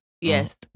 yes